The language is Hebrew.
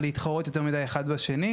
להתחרות יותר מידי אחד בשני.